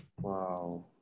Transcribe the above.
wow